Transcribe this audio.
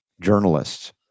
journalists